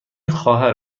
خواهر